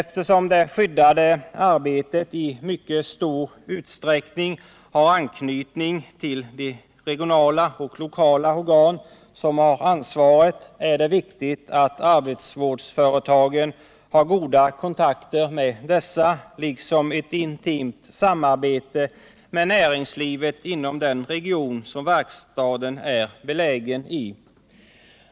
Då det skyddade arbetet i mycket stor utsträckning har anknytning till de regionala och lokala organ som bär ansvaret, är det viktigt att arbetsvårdsföretagen har goda kontakter med dessa liksom ett intimt samarbete med näringslivet inom den region där verkstaden är belägen.